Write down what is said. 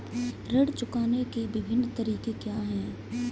ऋण चुकाने के विभिन्न तरीके क्या हैं?